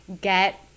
get